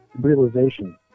realization